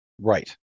Right